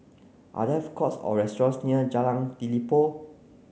are there food courts or restaurants near Jalan Telipok